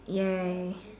ya